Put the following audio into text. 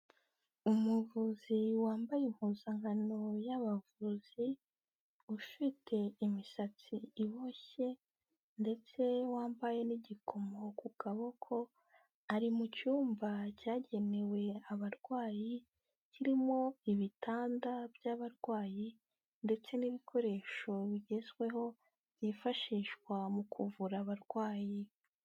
Umuvuzi wambaye impuzankano y'abavuzi, ufite imisatsi iboshye, ndetse wambaye n'igikomo ku kaboko, ari mu cyumba cyagenewe abarwayi, kirimo ibitanda by'abarwayi, ndetse n'ibikoresho bigezweho byifashishwa mu kuvura abarwayi.